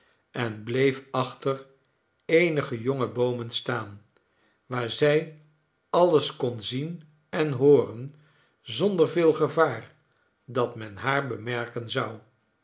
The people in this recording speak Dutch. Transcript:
en bleef achter eenige jonge boomen staan waar zij alles kon zien en hooren zonder veel gevaar dat men haar bemerken zou